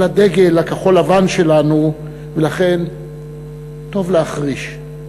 על הדגל הכחול-לבן שלנו, ולכן טוב להחריש.